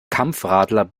kampfradler